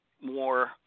more